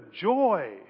joy